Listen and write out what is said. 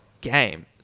game